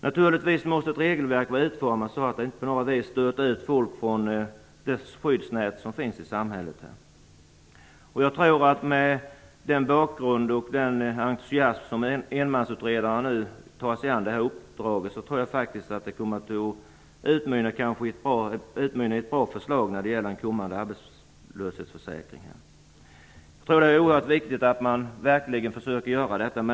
Naturligtvis måste ett regelverk vara utformat så att det inte på något vis stöter ut folk från samhällets skyddsnät. Med tanke på enmansutredarens bakgrund och den entusiasm med vilken hon nu tar sig an det här uppdraget tror jag faktiskt att det kommer att utmynna i ett bra förslag till en kommande arbetslöshetsförsäkring. Det är oerhört viktigt att man verkligen försöker åstadkomma detta.